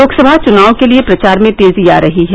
लोकसभा चुनाव के लिए प्रचार में तेजी आ रही है